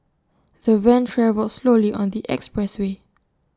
the van travelled slowly on the express way